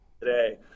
today